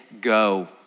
go